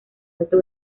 alto